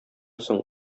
соң